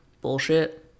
bullshit